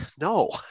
No